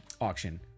auction